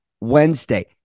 Wednesday